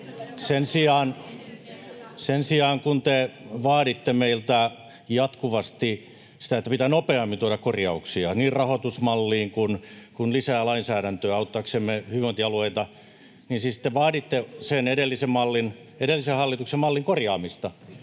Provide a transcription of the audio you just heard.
Sen sijaan, kun te vaaditte meiltä jatkuvasti sitä, että pitää nopeammin tuoda niin korjauksia rahoitusmalliin kuin lisää lainsäädäntöä auttaaksemme hyvinvointialueita — siis te vaaditte sen edellisen hallituksen mallin korjaamista